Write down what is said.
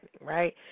right